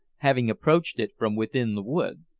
having approached it from within the wood.